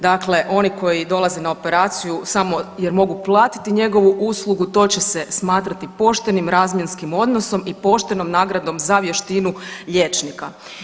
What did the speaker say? Dakle, oni koji dolaze na operaciju jer mogu platiti njegovu uslugu to će se smatrati poštenim razmjenskim odnosom i poštenom nagradom za vještinu liječnika.